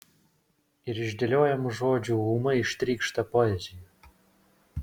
ir iš dėliojamų žodžių ūmai ištrykšta poezija